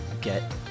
get